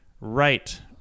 right